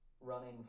running